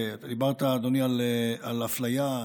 ודיברת, אדוני, על אפליה,